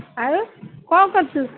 ଆଉ କ'ଣ କରୁଛୁ